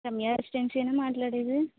రమ్య రెసిడెన్సీనా మాట్లాడేది